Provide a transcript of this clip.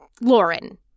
Lauren